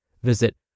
Visit